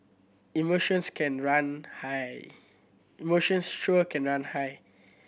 emotions can run high